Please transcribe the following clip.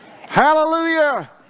Hallelujah